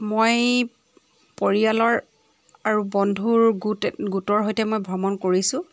মই পৰিয়ালৰ আৰু বন্ধুৰ গোট গোটৰ সৈতে মই ভ্ৰমণ কৰিছোঁ